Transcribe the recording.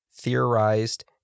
theorized